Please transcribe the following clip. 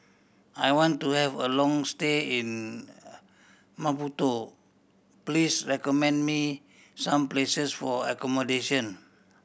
I want to have a long stay in Maputo please recommend me some places for accommodation